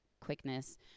quickness